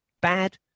bad